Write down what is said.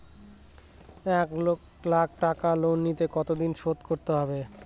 এক লাখ টাকা লোন নিলে কতদিনে শোধ করতে হবে?